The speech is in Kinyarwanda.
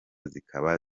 zikaba